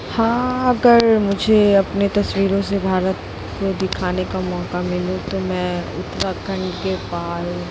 हाँ अगर मुझे अपने तस्वीरों से भारत को दिखाने का मौका मिले तो मैं उत्तराखंड के पहाड़